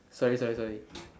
sorry sorry sorry